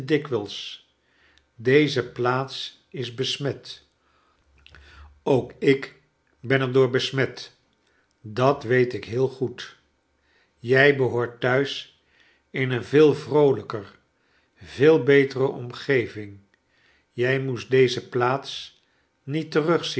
deze plaats is besmet ook ik ben er door besmet dat weet ik heel goed jij behoort thuis in een veel vroolijker veel betere omgeving jij moest deze plaats niet terugzien